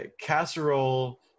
casserole